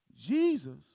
Jesus